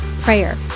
prayer